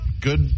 Good